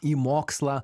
į mokslą